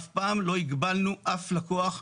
אף פעם לא הגבלנו אף לקוח,